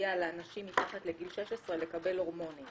תסייע לאנשים מתחת לגיל 16 לקבל הורמונים.